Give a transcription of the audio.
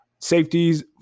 safeties